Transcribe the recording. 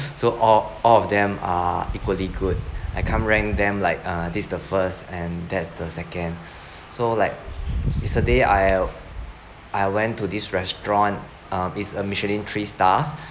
so all all of them are equally good I can't rank them like uh this is the first and that's the second so like yesterday I I went to this restaurant um it's a michelin three stars